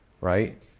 right